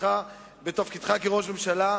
בתפקידך כראש ממשלה,